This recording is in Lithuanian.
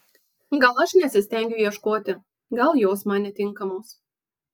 gal aš nesistengiu ieškoti gal jos man netinkamos